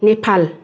Nepal